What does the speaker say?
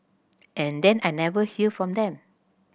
and then I never hear from them